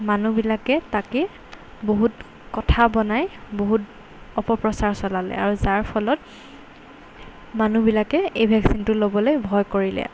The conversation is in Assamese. মানুহবিলাকে তাকে বহুত কথা বনাই বহুত অপপ্ৰচাৰ চলালে আৰু যাৰ ফলত মানুহবিলাকে এই ভেকচিনটো ল'বলৈ ভয় কৰিলে